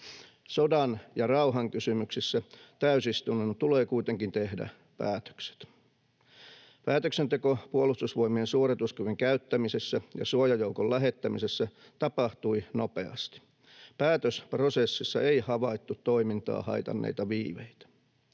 Sodan ja rauhan kysymyksissä täysistunnon tulee kuitenkin tehdä päätökset. Päätöksenteko puolustusvoimien suorituskyvyn käyttämisessä ja suojajoukon lähettämisessä tapahtui nopeasti. Päätösprosessissa ei havaittu toimintaa haitanneita viiveitä.